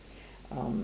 um